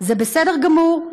זה בסדר גמור,